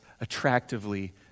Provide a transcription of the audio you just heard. attractively